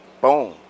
boom